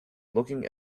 looking